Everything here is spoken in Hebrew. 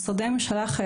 משרדי הממשלה,